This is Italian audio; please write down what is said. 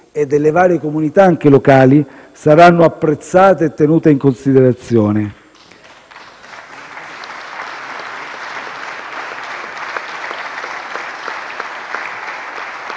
e delle varie comunità, anche locali, saranno apprezzati e tenuti in considerazione.